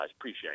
appreciate